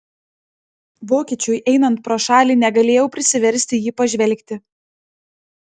vokiečiui einant pro šalį negalėjau prisiversti į jį pažvelgti